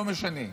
לא משנה,